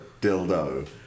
dildo